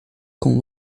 com